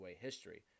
history